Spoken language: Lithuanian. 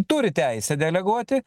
turi teisę deleguoti